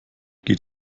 geht